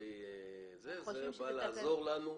זה בא לעזור לנו,